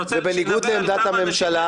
עכשיו באנו ואמרנו: רוצים לסיים את כל התהליך הזמני,